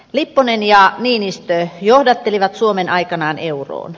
lipponen ja niinistö johdattelivat suomen aikanaan euroon